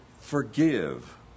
forgive